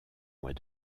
mois